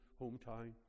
hometown